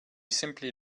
simply